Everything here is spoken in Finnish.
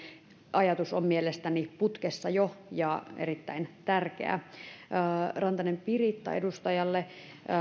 ajatus on mielestäni putkessa jo ja erittäin tärkeä edustaja piritta rantaselle